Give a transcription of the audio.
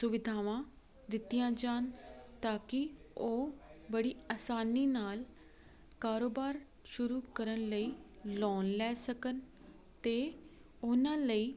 ਸੁਵਿਧਾਵਾਂ ਦਿੱਤੀਆਂ ਜਾਣ ਤਾਂ ਕਿ ਉਹ ਬੜੀ ਆਸਾਨੀ ਨਾਲ ਕਾਰੋਬਾਰ ਸ਼ੁਰੂ ਕਰਨ ਲਈ ਲੋਨ ਲੈ ਸਕਣ ਅਤੇ ਉਹਨਾਂ ਲਈ